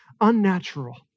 unnatural